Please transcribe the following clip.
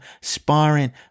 Sparring